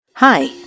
Hi